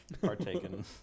partaken